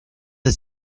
der